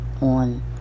on